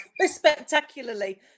spectacularly